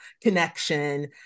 connection